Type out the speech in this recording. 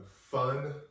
fun